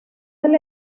del